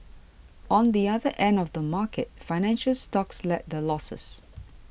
on the other end of the market financial stocks led the losses